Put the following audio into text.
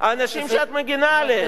האנשים שאת מגינה עליהם.